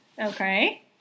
Okay